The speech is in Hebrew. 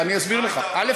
אני אסביר לך: א.